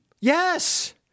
Yes